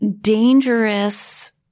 dangerous